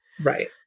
Right